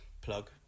Plug